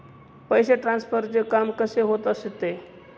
पैसे ट्रान्सफरचे काम कसे होत असते?